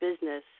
business